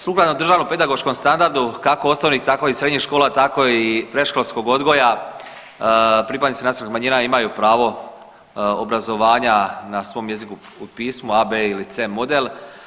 Sukladno državnom pedagoškom standardu kako osnovnih, tako i srednjih škola, tako i predškolskog odgoja, pripadnici nacionalnih manjina imaju pravo obrazovanja na svom jeziku i pismu A, B ili C model.